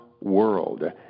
world